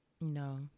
no